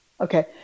okay